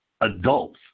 adults